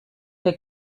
der